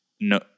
no